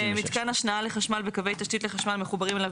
מיתקן השנאה לחשמל וקווי תשתית לחשמל המחוברים אליו